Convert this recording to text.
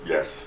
Yes